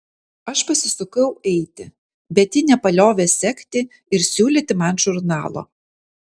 aš pasisukau eiti bet ji nepaliovė sekti ir siūlyti man žurnalo